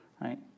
right